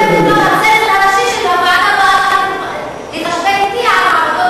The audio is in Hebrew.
הצנזור הראשי של הוועדה באה להתחשבן אתי על העמדות,